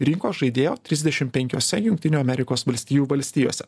rinkos žaidėjo trisdešim penkiose jungtinių amerikos valstijų valstijose